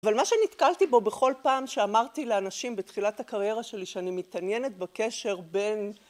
אבל מה שנתקלתי בו בכל פעם שאמרתי לאנשים בתחילת הקריירה שלי שאני מתעניינת בקשר בין